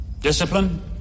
discipline